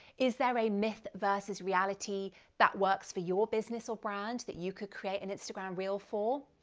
is there a myth versus reality that works for your business or brand that you could create an instagram reel for?